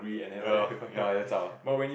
ya lor ya zao ah